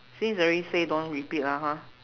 since already say don't repeat lah ha